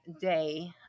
day